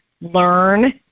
learn